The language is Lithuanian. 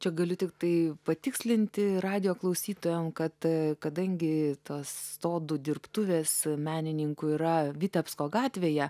čia gali tiktai patikslinti radijo klausytojam kad kadangi tos sodų dirbtuvės menininkų yra vitebsko gatvėje